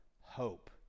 Hope